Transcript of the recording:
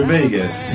Vegas